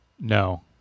No